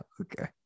okay